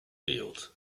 fields